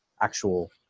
actual